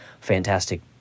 fantastic